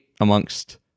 amongst